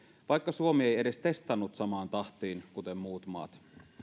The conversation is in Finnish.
vaikka suomi ei edes testannut samaan tahtiin kuin muut maat